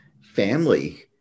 family